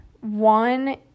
one